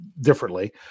differently